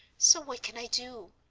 so what can i do?